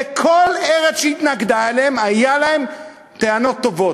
וכל ארץ שהתנגדה לקבל אותם היו לה טענות טובות.